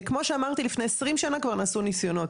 כמו שאמרתי, כבר לפני עשרים שנה נעשו ניסיונות.